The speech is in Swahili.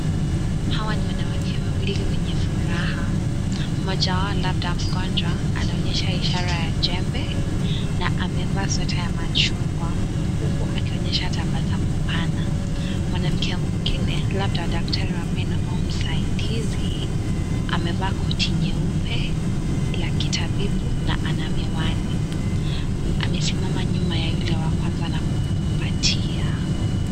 Hawa ni wanawake wawili wenye furaha. Mmoja wao labda mgonjwa anaonyesha ishara ya jembe na amevaa sweta ya machungwa huku akionyesha tabasamu pana. Mwanamke mwingine, labda daktari wa meno au msaidizi amevaa koti nyeupe la kitabibu na ana miwani. Amesimama nyuma ya yule wa kwanza na kumkumpatia.